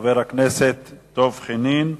חבר הכנסת דב חנין,